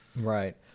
Right